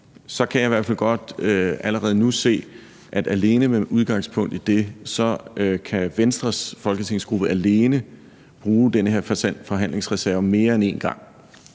så kan jeg i hvert fald godt allerede nu alene med udgangspunkt i det se, at Venstres folketingsgruppe kan bruge den her forhandlingsreserve mere end én gang,